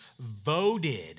voted